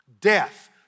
Death